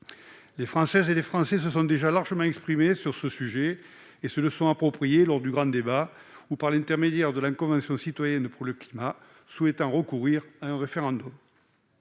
Les Françaises et les Français se sont largement exprimés sur ce sujet, notamment lors du grand débat ou par l'intermédiaire de la Convention citoyenne pour le climat, souhaitant recourir à un référendum.